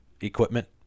equipment